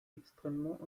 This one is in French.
extrêmement